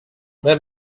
let